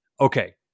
Okay